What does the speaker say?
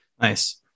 Nice